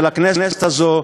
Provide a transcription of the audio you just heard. של הכנסת הזאת,